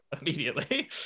immediately